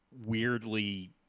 weirdly